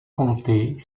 compter